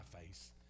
face